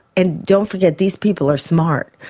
and don't forget these people are smart.